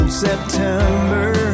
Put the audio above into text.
September